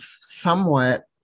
somewhat